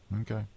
okay